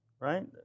right